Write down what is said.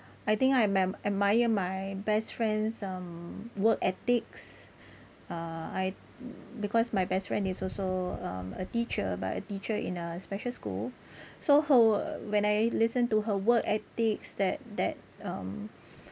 I think I adm~ admire my best friend's um work ethics uh I because my best friend is also um a teacher but a teacher in a special school so her when I listen to her work ethics that that um